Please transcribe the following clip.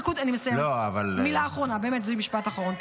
אני מסיימת, מילה אחרונה, זה באמת משפט אחרון.